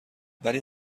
ولی